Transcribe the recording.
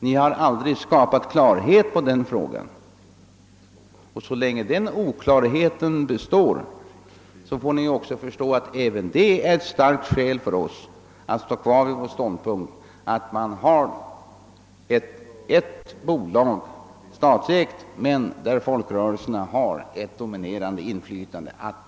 Ni har aldrig skapat någon klarhet i den frågan, och så länge den oklarheten består får ni också förstå att det är ett starkt skäl för oss att vidhålla vår ståndpunkt att vi skall ha ett statsägt bolag, men att folkrörelserna skall ha ett dominerande inflytande där.